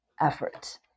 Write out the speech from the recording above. effort